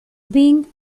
being